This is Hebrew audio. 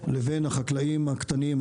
לבין החקלאים הקטנים,